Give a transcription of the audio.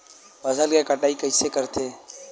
फसल के कटाई कइसे करथे?